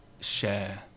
Share